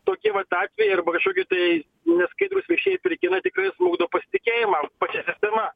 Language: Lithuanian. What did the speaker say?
tokie vat atvejai arba kažkokie tai neskaidrūs viešieji pirkimai tikrai žlugdo pasitikėjimą pačia sistema